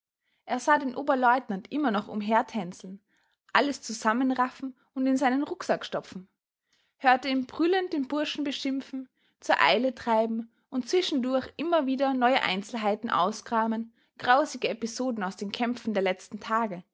er sah den oberleutnant immer noch umhertänzeln alles zusammenraffen und in seinen rucksack stopfen hörte ihn brüllend den burschen beschimpfen zur eile treiben und zwischendurch immer wieder neue einzelheiten auskramen grausige episoden aus den kämpfen der letzten tage